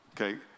Okay